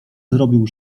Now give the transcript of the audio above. zrobił